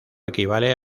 equivale